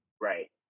Right